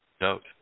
Note